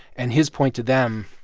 and his point to them,